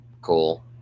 cool